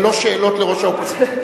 זה לא שאלות לראש האופוזיציה.